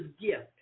gift